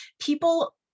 people